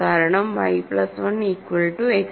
കാരണം y plus 1 equal to X